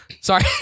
Sorry